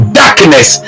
darkness